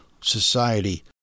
society